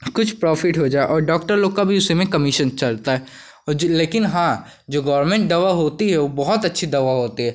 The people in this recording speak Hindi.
कुछ प्रॉफिट हो जाए और डोक्टर लोग का भी उस समय कमीशन चलता है और जो लेकिन हाँ जो गोरमेंट दवा होती है वह बहुत अच्छी दवा होती है